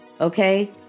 Okay